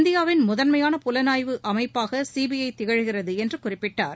இந்தியாவின் முதன்மையான புலனாய்வு அமைப்பாக சிபிஐ திகழ்கிறது என்று குறிப்பிட்டார்